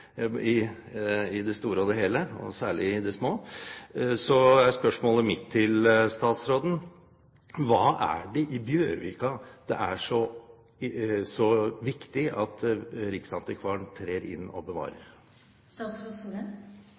hele og særlig i det små, så er mitt spørsmål til statsråden: Hva er det i Bjørvika som det er så viktig at riksantikvaren trer inn og bevarer?